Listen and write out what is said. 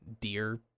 deer